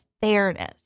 fairness